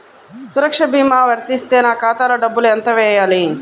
సురక్ష భీమా వర్తిస్తే నా ఖాతాలో డబ్బులు ఎంత వేయాలి?